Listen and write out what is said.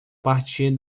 partir